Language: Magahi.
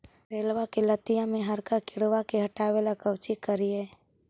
करेलबा के लतिया में हरका किड़बा के हटाबेला कोची करिए?